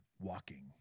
walking